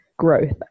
growth